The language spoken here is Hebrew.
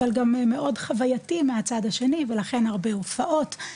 אבל גם מאוד חוויתי מהצד השני ולכן הרבה הופעות,